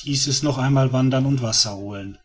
hieß es noch einmal wandern und wasser holen